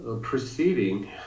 proceeding